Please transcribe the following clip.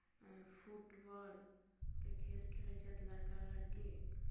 फुटबॉलके खेल खेलैत छथि लड़का लड़की